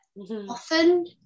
Often